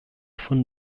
von